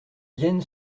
vienne